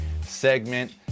segment